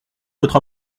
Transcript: votre